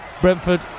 Brentford